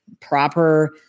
proper